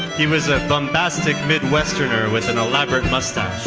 he was a bombastic midwesterner with an elaborate mustache.